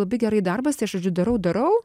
labai gerai darbas tai aš žodžiu darau darau